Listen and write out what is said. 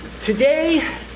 Today